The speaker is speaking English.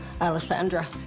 Alessandra